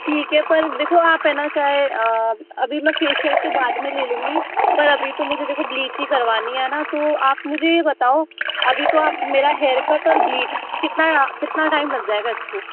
ठीक है पर देखो आप है न क्या है अभी मैं फेसिअल तो बाद में ले लूँगी पर अभी तो मुझे देखो ब्लीच ही करवानी है न तो आप मुझे बताओ अभी तो आप मेरा हेअरकट और ब्लीच कितना कितना टाइम लग जायेगा इसको